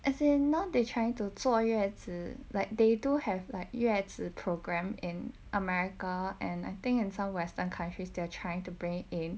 as in now they trying to 坐月子 like they do have like 月子 program in america and I think and some western countries they're trying to bring it in